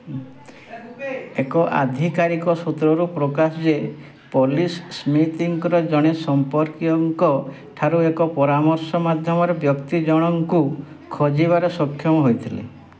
ଏକ ଆଧିକାରିକ ସୂତ୍ରରୁ ପ୍ରକାଶ ଯେ ପୋଲିସ୍ ସ୍ମିଥ୍ଙ୍କର ଜଣେ ସମ୍ପର୍କୀୟଙ୍କ ଠାରୁ ଏକ ପରାମର୍ଶ ମାଧ୍ୟମରେ ବ୍ୟକ୍ତିଜଣଙ୍କୁ ଖୋଜିବାରେ ସକ୍ଷମ ହେଇଥିଲେ